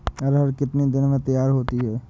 अरहर कितनी दिन में तैयार होती है?